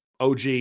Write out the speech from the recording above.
OG